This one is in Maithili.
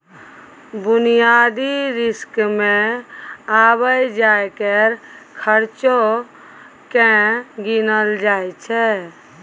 बुनियादी रिस्क मे आबय जाय केर खर्चो केँ गिनल जाय छै